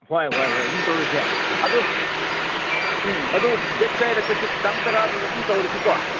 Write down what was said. ꯍꯣꯏ ꯍꯣꯏ ꯍꯣꯏ ꯑꯗꯨꯝ ꯇꯧꯔꯁꯦ ꯑꯗꯨ ꯎꯝ ꯑꯗꯨ ꯗꯦꯠ ꯀꯌꯥꯗ ꯆꯠꯁꯤ ꯇꯥꯡ ꯇꯔꯥꯗꯨꯗ ꯑꯗꯨꯝ ꯇꯧꯔꯁꯤꯀꯣ